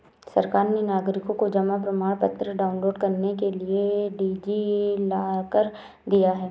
सरकार ने नागरिकों को जमा प्रमाण पत्र डाउनलोड करने के लिए डी.जी लॉकर दिया है